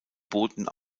booten